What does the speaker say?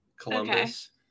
Columbus